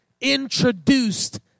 introduced